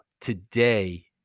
today